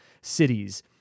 cities